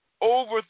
over